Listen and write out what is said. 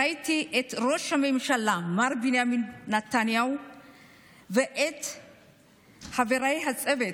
ראיתי את ראש הממשלה מר בנימין נתניהו ואת חברי הצוות,